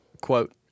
quote